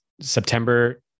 September